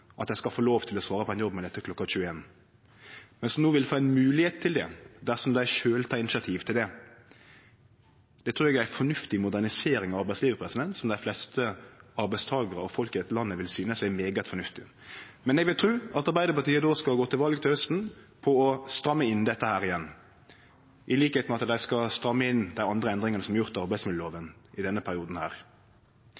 at dei skal få lov til å svare på ein jobbmail etter klokka 21, men som no vil få ei moglegheit til det dersom dei sjølve tek initiativ til det. Det trur eg er ei fornuftig modernisering av arbeidslivet, som dei fleste arbeidstakarar og folk i dette landet vil synast er svært fornuftig. Men eg vil tru at Arbeidarpartiet til hausten skal gå til val på å stramme inn dette igjen, til liks med at dei skal stramme inn dei andre endringane som er